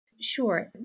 Sure